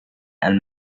and